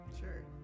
Sure